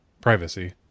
privacy